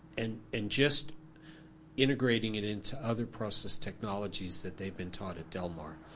and and just integrating it into other process technologies that they've been taught at del mar,